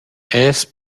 els